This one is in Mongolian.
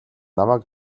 намайг